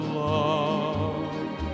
love